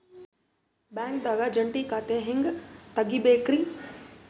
ಬ್ಯಾಂಕ್ದಾಗ ಜಂಟಿ ಖಾತೆ ಹೆಂಗ್ ತಗಿಬೇಕ್ರಿ?